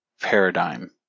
paradigm